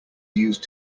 used